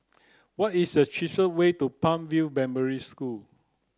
what is the cheapest way to Palm View Primary School